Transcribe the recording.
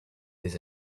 des